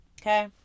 Okay